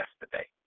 yesterday